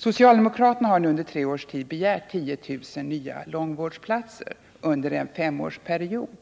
Socialdemokraterna har nu under tre års tid begärt att 10000 nya långvårdsplatser skall ordnas under en femårsperiod,